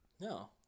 No